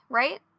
right